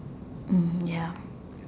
mm ya